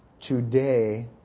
Today